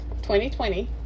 2020